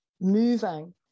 moving